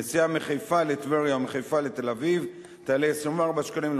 נסיעה מחיפה לטבריה ומחיפה לתל-אביב תעלה 24 שקלים,